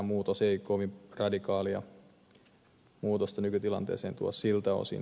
tämä ei kovin radikaalia muutosta nykytilanteeseen tuo siltä osin